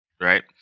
right